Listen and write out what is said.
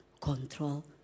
control